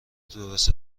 درست